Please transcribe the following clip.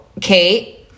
Kate